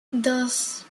dos